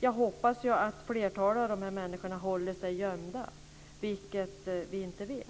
Jag hoppas att flertalet av de här människorna håller sig gömda, vilket vi inte vet.